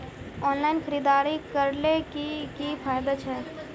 Online खरीदारी करले की की फायदा छे?